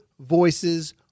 voices